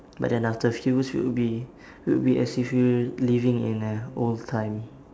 but then after a few years we would be would be as if we were living in a old time